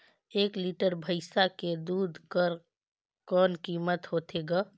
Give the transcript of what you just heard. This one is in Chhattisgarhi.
एक लीटर भैंसा के दूध कर कौन कीमत होथे ग?